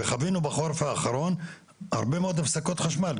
וחווינו בחורף האחרון הרבה מאוד הפסקות חשמל.